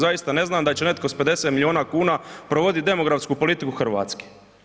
Zaista ne znam da će netko sa 50 milijuna kuna provoditi demografsku politiku Hrvatske.